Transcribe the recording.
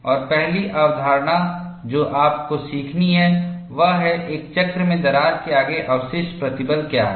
और पहली अवधारणा जो आपको सीखनी है वह है एक चक्र में दरार के आगे अवशिष्ट प्रतिबल क्या है